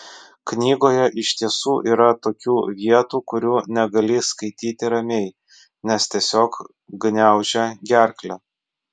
knygoje iš tiesų yra tokių vietų kurių negali skaityti ramiai nes tiesiog gniaužia gerklę